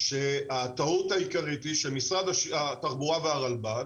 שהטעות העיקרית היא שמשרד התחבורה והרלב"ד,